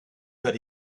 but